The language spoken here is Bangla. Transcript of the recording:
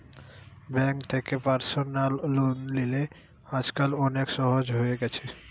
বেঙ্ক থেকে পার্সনাল লোন লিলে আজকাল অনেক সহজ হয়ে গেছে